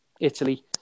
Italy